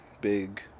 big